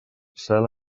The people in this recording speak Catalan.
cel